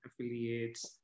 affiliates